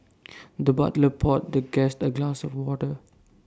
the butler poured the guest A glass of water